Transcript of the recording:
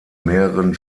mehreren